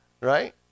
right